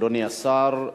אדוני השר.